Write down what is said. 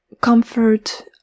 comfort